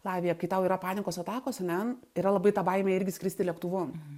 lavija kai tau yra panikos atakos ane yra labai ta baimė irgi skristi lėktuvu